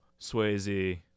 Swayze